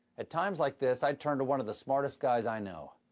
at times like this, i turn to one of the smartest guys i know.